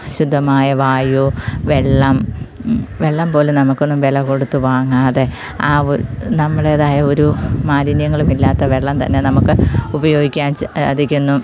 ശുദ്ധമായ വായു വെള്ളം വെള്ളം പോലും നമുക്കൊന്നും വില കൊടുത്തു വാങ്ങാതെ ആ ഒരു നമ്മടേതായ ഒരു മാലിന്യങ്ങളുമില്ലാത്ത വെള്ളം തന്നെ നമുക്ക് ഉപയോഗിക്കാൻ സാധിക്കുന്നു